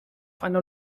einer